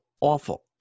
awful